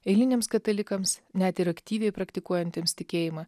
eiliniams katalikams net ir aktyviai praktikuojantiems tikėjimą